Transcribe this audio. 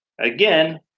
again